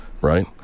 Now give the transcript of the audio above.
Right